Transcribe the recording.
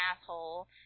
asshole